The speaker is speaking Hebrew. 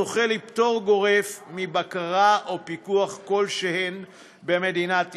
זוכה לפטור גורף מבקרה או פיקוח כלשהם במדינת ישראל.